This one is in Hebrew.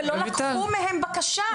ולא לקחו מהם בקשה.